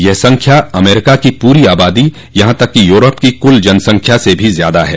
यह संख्या अमरीका की पूरी आबादी यहां तक कि यूरोप की कुल जनसंख्या से भी ज्यादा है